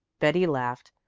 betty laughed.